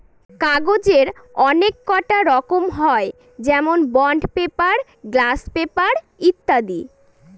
কাগজের অনেককটা রকম হয় যেমন বন্ড পেপার, গ্লাস পেপার ইত্যাদি